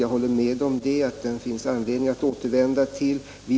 Jag håller med om att det finns anledning att återkomma till den.